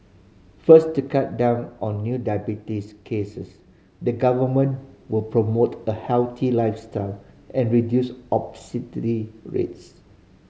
first to cut down on new diabetes cases the Government will promote a healthy lifestyle and reduce rates